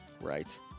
Right